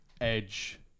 Edge